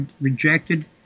rejected